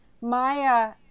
Maya